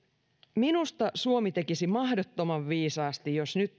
minusta suomi tekisi mahdottoman viisaasti jos nyt